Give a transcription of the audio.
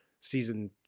season